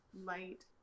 light